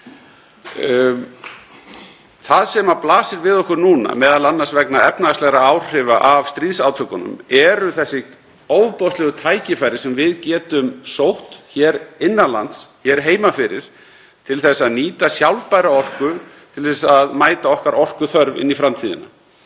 Það sem blasir við okkur núna, m.a. vegna efnahagslegra áhrifa af stríðsátökunum, eru þessi ofboðslegu tækifæri sem við getum sótt innan lands, hér heima fyrir, til að nýta sjálfbæra orku til að mæta okkar orkuþörf inn í framtíðina.